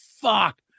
fuck